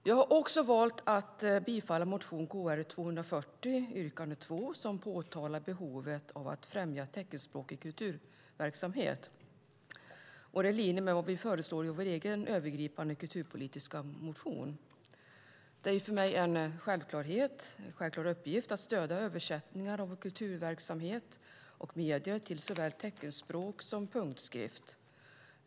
Jag har också valt att bifalla motion Kr240, yrkande 2, som påtalar behovet av att främja teckenspråkig kulturverksamhet. Det är i linje med vad vi föreslår i vår egen övergripande kulturpolitiska motion. Det är för mig en självklar uppgift att stödja översättningar av kulturverksamhet och medier till såväl teckenspråk som punktskrift.